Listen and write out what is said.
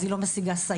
אבל היא לא משיגה סייעת,